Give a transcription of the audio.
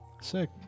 sick